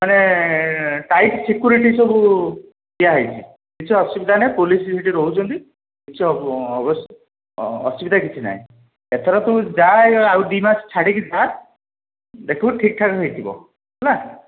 ମାନେ tight security ସବୁ ଦିଆ ହୋଇଛି କିଛି ଅସୁବିଧା ନାହିଁ ପୋଲିସ ବି ସେଠି ରହୁଛନ୍ତି କିଛି ଅସୁବିଧା କିଛି ନାହିଁ ଏଥର ତୁ ଯାଆ ଏ ଆଉ ଦୁଇ ମାସ ଛାଡ଼ିକି ଯାଆ ଦେଖିବୁ ଠିକ୍ ଠାକ୍ ହେଇଥିବ ହେଲା